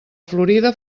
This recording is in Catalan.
florida